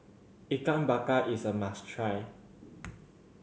Ikan Bakar is a must try